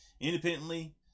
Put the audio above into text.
independently